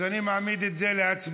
אז אני מעמיד את זה להצבעה.